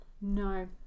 No